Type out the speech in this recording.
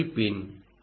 enable pin